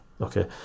Okay